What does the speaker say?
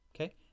okay